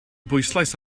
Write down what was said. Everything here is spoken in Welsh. bwyslais